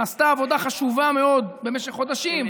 נעשתה עבודה חשובה מאוד במשך חודשים,